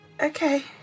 Okay